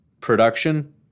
production